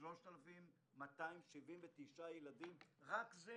ב-3,279 ילדים, רק זה